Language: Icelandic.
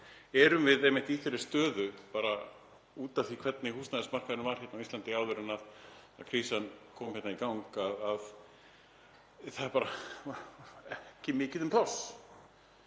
erum við einmitt í þeirri stöðu, út af því hvernig húsnæðismarkaðurinn var hérna á Íslandi áður en krísan fór í gang, að það er bara ekki mikið um pláss.